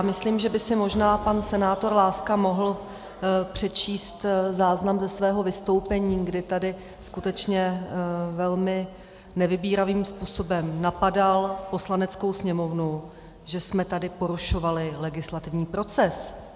Myslím, že by si možná pan senátor Láska mohl přečíst záznam ze svého vystoupení, kdy tady skutečně velmi nevybíravým způsobem napadal Poslaneckou sněmovnu, že jsme tady porušovali legislativní proces.